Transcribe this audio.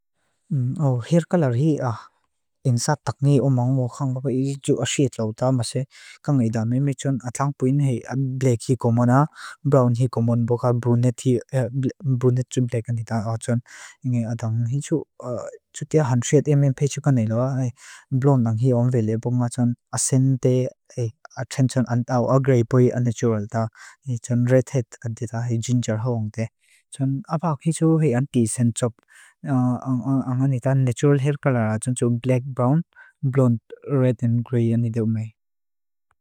Áw hér kalár hí áh en sát takni ámáng áwá xáng ápá hí jú áshíatlaú tá masé káng áidá meam me chun atláng puin hí black hí gomona, bóká bruneti black áni tá á chun, ingé ádáng hí chú chutiá hanshúat émein peichú káneiló á hí, blond áng hí áwá velé, bóká chun asente, atlánchan áw á grey pui á natural tá, hí chun redhead ándita hí ginger hau áng té. Chun ápá hí chú hí ánti isan tsup, áng áni tá natural hair kalár á chun chú black, brown, blonde, red and grey áni déu me.